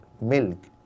milk